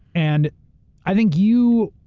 and i think you,